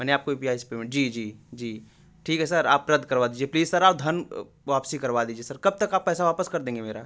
मैंने आपको U P I से पेमेंट जी जी जी ठीक है सर आप रद्द करवा दीजिए प्लीज सर आप धन वापसी करवा दीजिए सर कब तक आप पैसा वापस कर देंगे मेरा